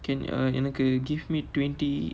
can uh எனக்கு:enakku give me twenty